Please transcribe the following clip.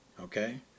Okay